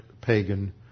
pagan